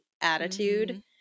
attitude